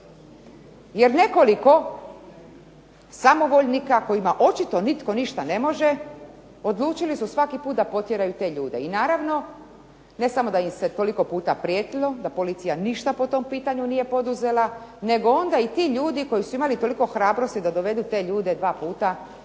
Jer nekoliko samovoljnika kojima očito nitko ništa ne može odlučili su svaki put da potjeraju te ljude. I naravno, ne samo da im se koliko puta prijetilo da policija ništa po tom pitanju nije poduzela, nego onda i ti ljudi koji su imali toliko hrabrosti da dovedu te ljude dva puta tamo